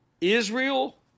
Israel